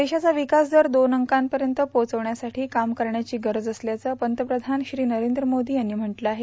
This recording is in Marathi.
देशाचा विकास दर दोन अंकांपर्यंत पोहोचविण्यासाठी काम करण्याची गरज असल्याचं पंतप्रधान श्री नरेंद्र मोदी यांनी म्हटलं आहे